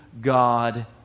God